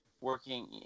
working